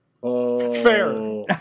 Fair